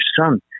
son